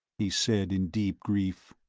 he said in deep grief.